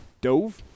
dove